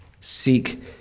Seek